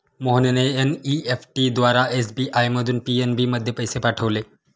मोहनने एन.ई.एफ.टी द्वारा एस.बी.आय मधून पी.एन.बी मध्ये पैसे पाठवले